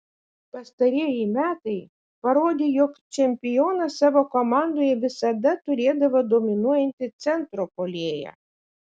pastarieji metai parodė jog čempionas savo komandoje visada turėdavo dominuojantį centro puolėją